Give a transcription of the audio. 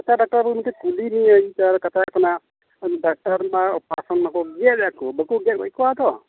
ᱟᱪᱪᱷᱟ ᱰᱟᱠᱛᱟᱨ ᱵᱟᱵᱩ ᱢᱤᱜᱴᱮᱡ ᱠᱩᱞᱤᱢᱤᱭᱟᱹᱧ ᱠᱟᱛᱷᱟ ᱦᱩᱭᱩᱜ ᱠᱟᱱᱟ ᱩᱱᱤ ᱰᱟᱠᱛᱟᱨ ᱢᱟ ᱚᱯᱟᱨᱮᱥᱚᱱ ᱢᱟ ᱜᱮᱫ ᱮᱫᱠᱚ ᱵᱟᱠᱚ ᱜᱮᱫ ᱜᱚᱡ ᱠᱚᱣᱟ ᱛᱚ